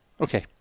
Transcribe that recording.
Okay